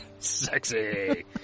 Sexy